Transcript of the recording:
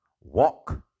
walk